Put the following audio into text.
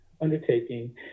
undertaking